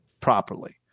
properly